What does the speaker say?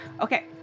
Okay